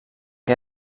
que